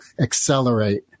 accelerate